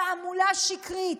תעמולה שקרית,